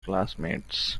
classmates